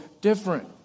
different